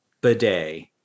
bidet